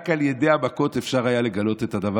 רק על ידי המכות אפשר היה לגלות את זה,